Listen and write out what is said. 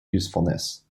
usefulness